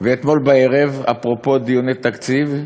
ואתמול בערב, אפרופו דיוני תקציב,